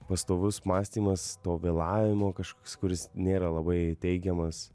pastovus mąstymas to vėlavimo kažkoks kuris nėra labai teigiamas